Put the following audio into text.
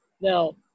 now